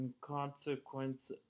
consequence